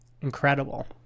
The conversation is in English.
incredible